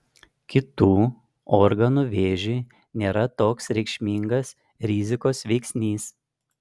kitų organų vėžiui nėra toks reikšmingas rizikos veiksnys